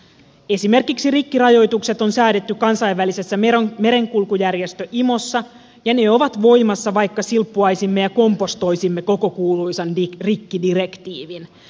esimerkiksi rikkirajoitukset on säädetty kansainvälisessä merenkulkujärjestö imossa ja ne ovat voimassa vaikka silppuaisimme ja kompostoisimme koko kuuluisan rikkidirektiivin